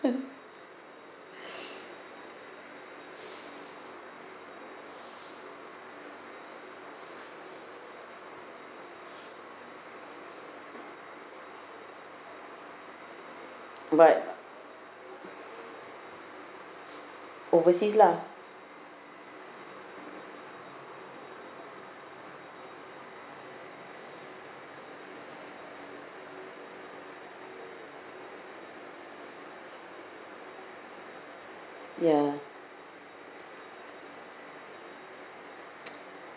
but overseas lah ya